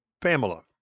pamela